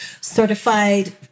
certified